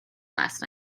last